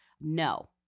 no